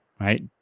right